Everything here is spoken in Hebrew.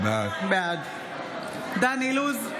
בעד דן אילוז,